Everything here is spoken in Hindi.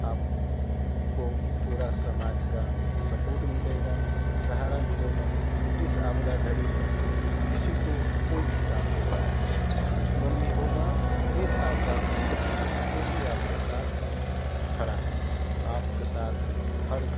आप को पूरे समाज का सपोर्ट मिलेगा सहारा मिलेगा इस आपदा घड़ी में किसी को कोई भी साथ देता है दुश्मन भी होगा इस आपदा घड़ी में वो भी आपके साथ खड़ा है आपके साथ हर